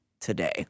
today